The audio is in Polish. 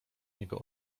niego